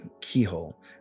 keyhole